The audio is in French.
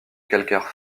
calcaire